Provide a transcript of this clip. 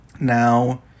Now